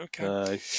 okay